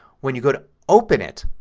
when you go to open it,